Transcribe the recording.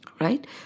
Right